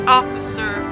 officer